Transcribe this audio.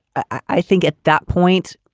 i think at that point,